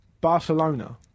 Barcelona